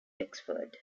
wexford